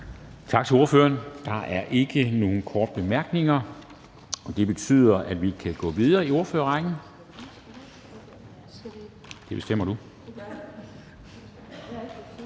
Tak til ordføreren. Der er ikke nogen korte bemærkninger. Det betyder, at vi kan gå videre i ordførerrækken og sige